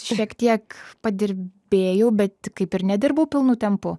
šiek tiek padirbėjau bet kaip ir nedirbau pilnu tempu